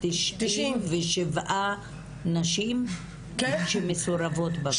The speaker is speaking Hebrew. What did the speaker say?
אחת מ-397 נשים שמסורבות בוועדה.